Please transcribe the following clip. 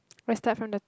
we start from the